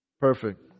Perfect